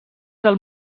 del